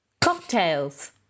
cocktails